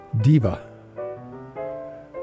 Diva